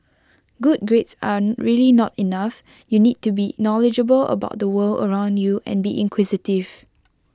good grades are really not enough you need to be knowledgeable about the world around you and be inquisitive